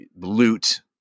loot